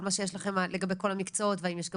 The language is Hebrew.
כל מה שיש לכם לגבי כל המקצועות והאם יש גם